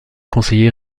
conseiller